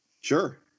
Sure